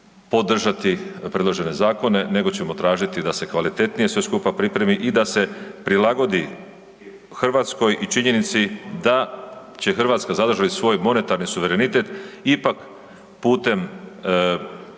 podržati predložene zakone nego ćemo tražiti da se kvalitetnije sve skupa pripremi i da se prilagodi Hrvatskoj i činjenici da će Hrvatska zadrži li svoj monetarni suverenitet ipak putem